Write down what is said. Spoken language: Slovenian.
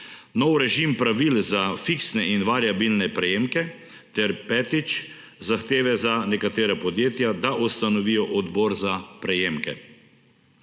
nov režim pravil za fiksne in variabilne prejemke ter petič, zahteve za nekatera podjetja, da ustanovijo odbor za prejemke.